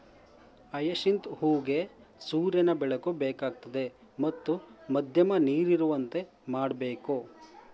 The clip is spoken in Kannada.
ಹಯಸಿಂತ್ ಹೂಗೆ ಸೂರ್ಯನ ಬೆಳಕು ಬೇಕಾಗ್ತದೆ ಮತ್ತು ಮಧ್ಯಮ ನೀರಿರುವಂತೆ ಮಾಡ್ಬೇಕು